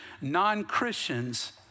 non-Christians